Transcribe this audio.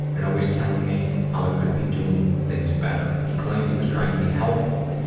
and always telling me how could be doing things better. he claimed he was trying to be helpful.